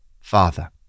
Father